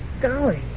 Golly